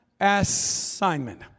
Assignment